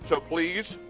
so please